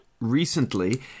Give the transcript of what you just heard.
recently